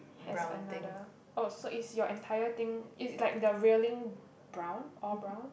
has another oh so is your entire thing is like the railing brown all brown